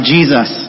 Jesus